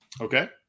Okay